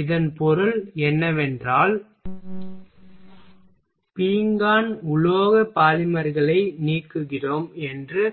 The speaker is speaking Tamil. இதன் பொருள் என்னவென்றால் பீங்கான் உலோக பாலிமர்களை நீக்குகிறோம் என்று